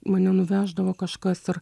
mane nuveždavo kažkas ir